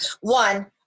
One